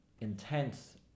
intense